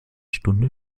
stunde